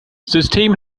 system